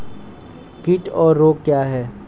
कीट और रोग क्या हैं?